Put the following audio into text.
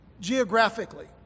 geographically